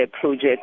project